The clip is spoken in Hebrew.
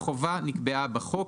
החובה נקבעה בחוק.